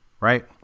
Right